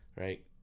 right